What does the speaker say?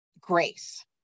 grace